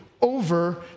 over